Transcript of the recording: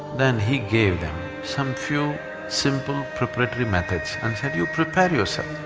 then he gave them some few simple preparatory methods and said, you prepare yourself,